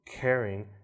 caring